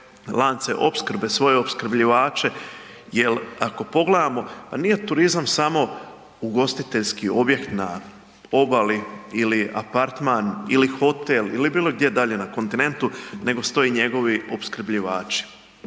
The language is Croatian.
lance opskrbe, svoje opskrbljivače. Jel ako pogledamo, pa nije turizam samo ugostiteljski objekt na obali ili apartman ili hotel ili bilo gdje dalje na kontinentu, nego su to i njegovi opskrbljivači.